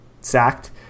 sacked